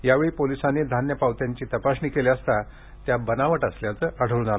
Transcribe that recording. यावेळी पोलिसांनी धान्य पावत्यांची तपासणी केली असता ती बनावट असल्याचं आढळून आलं